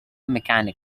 mechanic